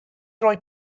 roi